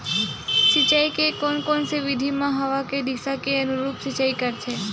सिंचाई के कोन से विधि म हवा के दिशा के अनुरूप सिंचाई करथे?